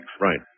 Right